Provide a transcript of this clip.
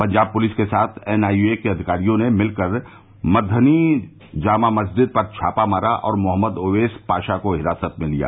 Punjab police के साथ NIA के अधिकारियों ने मिलकर मधनी जामा मस्जिद पर छापा मारा और मोहम्मद ओवेस पाशा को हिरासत में लिया